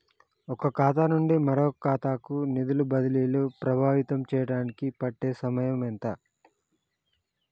ఒక ఖాతా నుండి మరొక ఖాతా కు నిధులు బదిలీలు ప్రభావితం చేయటానికి పట్టే సమయం ఎంత?